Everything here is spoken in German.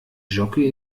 jockey